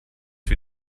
wie